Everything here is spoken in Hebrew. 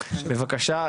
בבקשה,